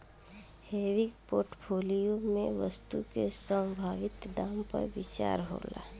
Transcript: हेविंग portfolio में वस्तु के संभावित दाम पर विचार होला